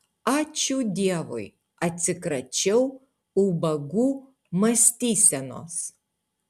ačiū dievui atsikračiau ubagų mąstysenos